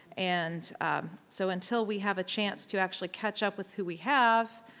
and so until we have a chance to actually catch up with who we have,